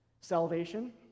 salvation